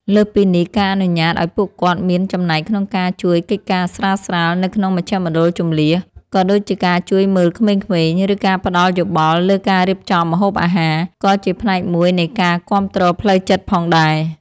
លើសពីនេះ ការអនុញ្ញាតឱ្យពួកគាត់មានចំណែកក្នុងការជួយកិច្ចការស្រាលៗនៅក្នុងមជ្ឈមណ្ឌលជម្លៀស ដូចជាការជួយមើលក្មេងៗ ឬការផ្ដល់យោបល់លើការរៀបចំម្ហូបអាហារ ក៏ជាផ្នែកមួយនៃការគាំទ្រផ្លូវចិត្តផងដែរ។